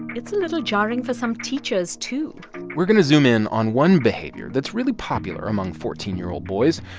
it's a little jarring for some teachers, too we're going to zoom in on one behavior that's really popular among fourteen year old boys,